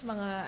Mga